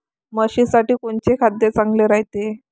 म्हशीसाठी कोनचे खाद्य चांगलं रायते?